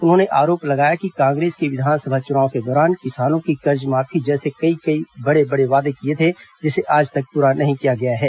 उन्होंने आरोप लगाया कि कांग्रेस ने विधानसभा चुनाव के दौरान किसानों की कर्जमाफी जैसे कई बड़े बड़े वादे किए थे जिसे आज तक पूरा नहीं किया गया है